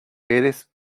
eres